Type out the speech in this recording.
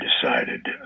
decided